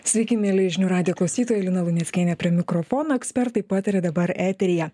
sveiki mieli žinių radijo klausytojai lina luneckienė prie mikrofono ekspertai pataria dabar eteryje